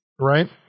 right